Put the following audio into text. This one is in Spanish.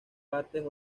partes